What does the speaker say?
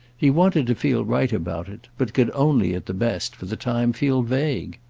he wanted to feel right about it, but could only, at the best, for the time, feel vague.